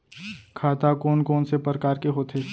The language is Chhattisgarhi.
खाता कोन कोन से परकार के होथे?